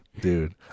dude